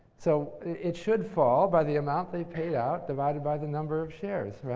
so it should fall by the amount they paid out divided by the number of shares.